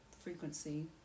Frequency